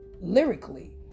lyrically